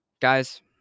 guys